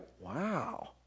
wow